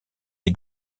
des